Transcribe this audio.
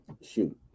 Shoot